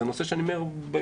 זה נושא שאני אומר ביושר,